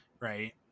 right